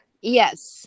yes